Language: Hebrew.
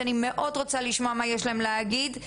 שאני מאוד רוצה לשמוע מה יש להם להגיד.